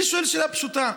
אני שואל שאלה פשוטה: